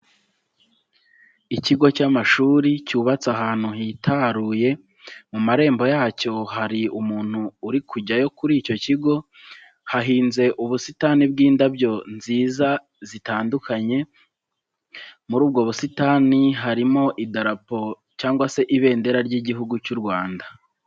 Ikigo cy'amashuri cyubatse ahantu hitaruye. Mu marembo yacyo hari umuntu uri kujyayo kuri icyo kigo. Hahinze ubusitani bw'indabyo nziza zitandukanye. Muri ubwo busitani harimo idarapo cyangwa se ibendera ry'Igihugu cy'u Rwanda.